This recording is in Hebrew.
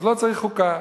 אז לא צריך חוקה,